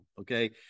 okay